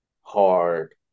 hard